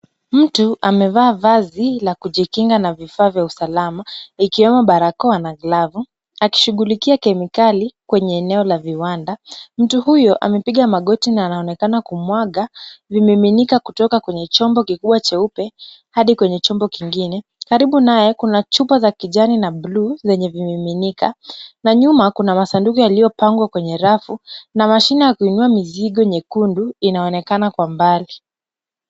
Mtu amevaa vazi la kujikinga na vifaa vya usalama ikiwemo barakoa na glavu akishughulikia kemikali kwenye eneo la viwanda. Mtu huyo amepiga magoti na anaonekana kumwaga vimiminika kutoka kwenye chombo kikubwa cheupe hadi kwenye chombo kingine. Karibu naye kuna chupa za kijani na blue zenye vimiminika na nyuma kuna masanduku yaliyopangwa kwenye rafu na mashine ya kuinua mizigo nyekundu inaonekana kwa mbali.